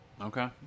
Okay